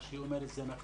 מה שהיא אומרת זה נכון,